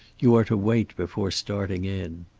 you are to wait before starting in.